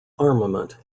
armament